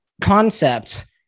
concept